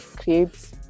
creates